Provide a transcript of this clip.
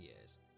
years